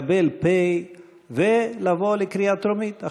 לקבל פ/ ולבוא לקריאה טרומית.